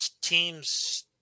teams